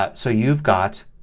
ah so you've got